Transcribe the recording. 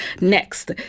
next